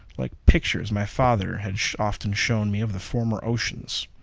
like pictures my father had often shown me of the former oceans.